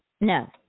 No